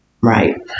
Right